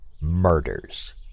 murders